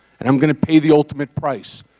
and i'm going to pay the ultimate price.